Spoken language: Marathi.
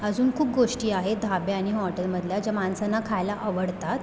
अजून खूप गोष्टी आहेत धाब्या आणि हॉटेलमधल्या ज्या माणसांना खायला आवडतात